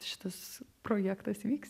šitas projektas vyks